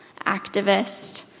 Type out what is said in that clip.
activist